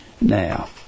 now